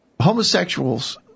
Homosexuals